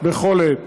בכל עת.